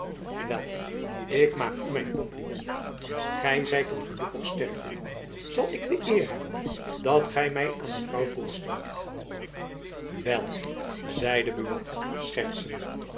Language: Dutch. wel ik maak u mijn kompliment gy zijt een gelukkig sterveling zal ik de eer hebben dat gy my aan mevrouw voorstelt wel zeide buat schertsende